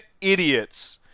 idiots